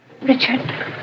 Richard